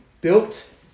built